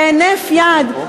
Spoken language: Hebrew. בהינף יד,